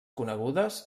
conegudes